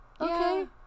okay